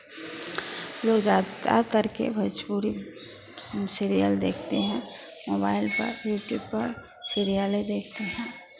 लोग जा ज़्यादातर के भोजपुरी सम सीरियल देखते हैं मोबाइल पर यूट्यूब पर सीरियले देखते हैं